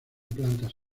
plantas